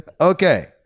okay